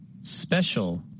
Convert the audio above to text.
Special